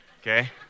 okay